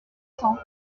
cents